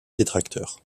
détracteurs